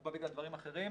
הוא בא בגלל דברים אחרים,